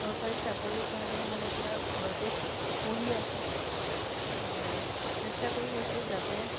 চৰকাৰী চাকৰিৰ কাৰণে মই এতিয়া ঘৰতেই পঢ়ি আছোঁ চেষ্টা কৰি আছোঁ যাতে